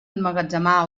emmagatzemar